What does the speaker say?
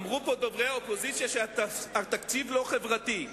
אמרו פה דוברי האופוזיציה, שהתקציב אינו חברתי.